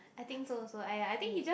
I think so also !aiya! I think he just